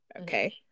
Okay